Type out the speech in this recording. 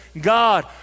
God